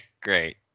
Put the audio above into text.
Great